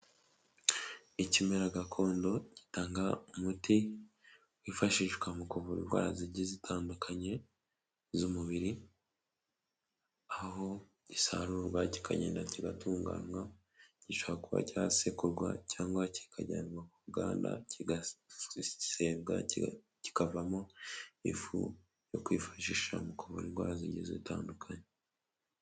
Ikimera gakondo gitanga umuti wifashishwa mu kuvura indwara zigiye zitandukanye, z'umubiri, aho gisarurarwagika kigatunganywa gishobora kuba cyasekurwa cyangwa kikajyanwa mu ruganda kisembwa, kikavamo ifu yo kwifashisha mu kuvura indwara z'itandukanye.